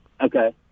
Okay